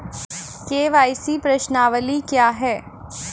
KYC प्रश्नावली क्या है?